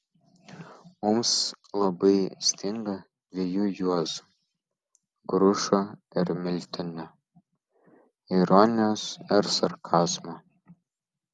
mums labai stinga dviejų juozų grušo ir miltinio ironijos ir sarkazmo